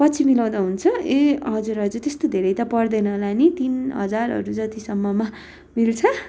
पछि मिलाउँदा हुन्छ ए हजुर हजुर त्यस्तो धेरै त पर्दैन होला नि तिन हजारहरू जतिसम्ममा मिल्छ